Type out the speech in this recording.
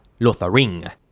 Lotharing